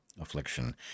affliction